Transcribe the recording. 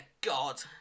God